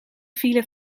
vielen